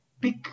pick